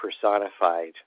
personified